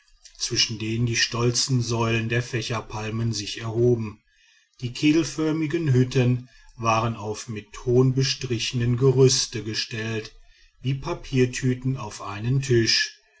zwischen denen die stolzen säulen der fächerpalmen sich erhoben die kegelförmigen hütten waren auf mit ton bestrichene gerüste gestellt wie papiertüten auf einen tisch